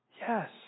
Yes